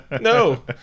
No